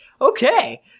Okay